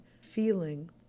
feeling